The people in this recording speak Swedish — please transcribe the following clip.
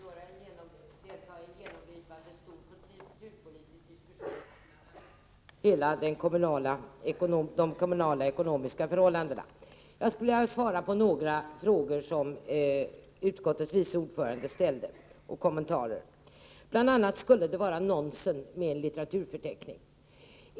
Herr talman! Med den tid som står mig till buds kan jag inte delta i en stor kulturpolitisk diskussion som tar upp de kommunala ekonomiska förhållandena. Jag skulle vilja beröra några av de frågor och kommentarer som utskottets vice ordförande tog upp. Det skulle bl.a. vara nonsens med en litteraturförteckning.